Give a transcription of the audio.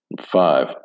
Five